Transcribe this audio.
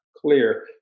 clear